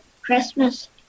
Christmas